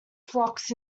flocks